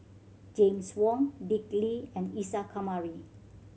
James Wong Dick Lee and Isa Kamari